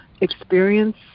experience